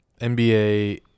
NBA